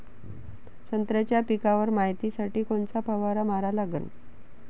संत्र्याच्या पिकावर मायतीसाठी कोनचा फवारा मारा लागन?